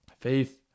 faith